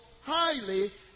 highly